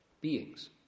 beings